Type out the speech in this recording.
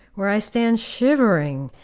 where i stand shivering,